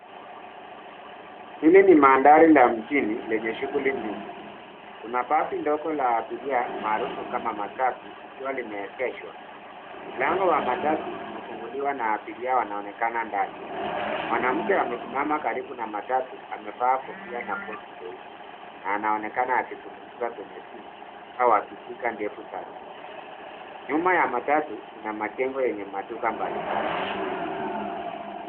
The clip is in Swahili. Hili ni mandhari ya mjini lenye shughuli nyingi. Kuna basi ndogo la abiria, maarufu kama matatu, likiwa limeegeshwa. Mlango wa watatu imefunguliwa na abiria wanaonekana ndani. Mwanamke amesimama karibu na matatu. Amevaa kofia na koti jeupe, anaonekana akizungumza kwenye simu au akishika ndevu zake. Nyuma ya matatu kuna majengo yenye maduka mbalimbali.